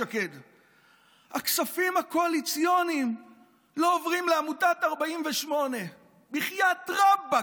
הכספים הקואליציוניים לא עוברים לעמותת 48. בחייאת רבאק,